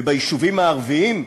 וביישובים הערביים,